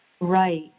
Right